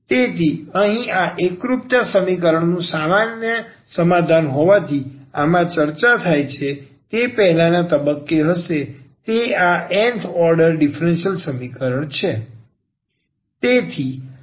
તેથી અહીં આ એકરૂપતા સમીકરણનું સામાન્ય સમાધાન હોવાથી આમાં ચર્ચા થાય છે તે પહેલાના તબક્કે હશે તે આ nth ઓર્ડર ડિફરન્સલ સમીકરણ છે